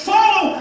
Follow